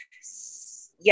Yes